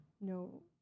No